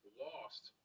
lost